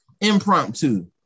impromptu